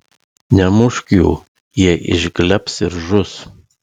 nemušk jų jie išglebs ir žus